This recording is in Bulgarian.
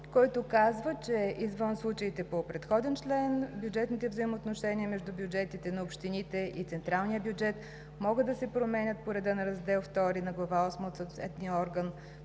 който казва, че извън случаите по предходен член, бюджетните взаимоотношения между бюджетите на общините и централния бюджет могат да се променят по реда на Раздел II, Глава осма от съответния орган,